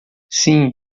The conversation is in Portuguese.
sim